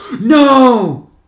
No